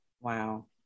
Wow